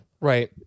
Right